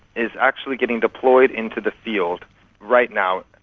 is actually getting deployed into the field right now,